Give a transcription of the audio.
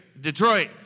Detroit